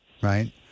right